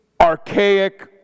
archaic